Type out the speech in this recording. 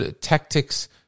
tactics